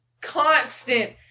constant